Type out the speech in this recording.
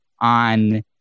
on